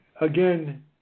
Again